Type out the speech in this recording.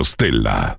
Stella